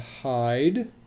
hide